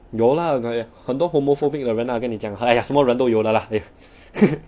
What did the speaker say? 有 lah got 很多 homophobic 的人 lah 跟你讲 !aiya! 什么人都有的 lah !aiya! 呵呵